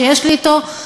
שיש לי אתו,